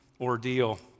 ordeal